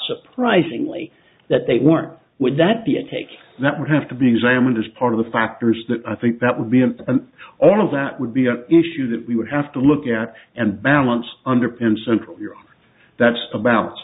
surprisingly that they weren't would that be a take that would have to be examined as part of the factors that i think that would be important all of that would be an issue that we would have to look at and balance underpants and that's about